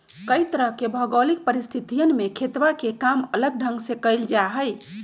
कई तरह के भौगोलिक परिस्थितियन में खेतवा के काम अलग ढंग से कइल जाहई